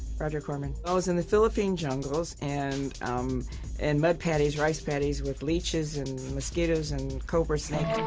roger corman. i was in the philippine jungles and and mud paddies rice paddies with leaches and mosquitoes and cobra snake.